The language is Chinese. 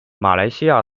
马来西亚